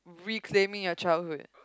reclaiming your childhood